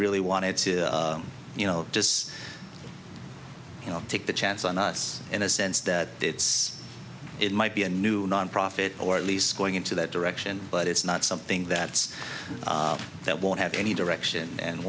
really wanted to you know just you know take the chance on us in a sense that it's it might be a new nonprofit or at least going into that direction but it's not something that's that won't have any direction and